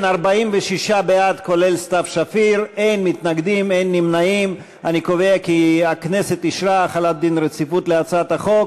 הרווחה והבריאות על רצונה להחיל דין רציפות על הצעת חוק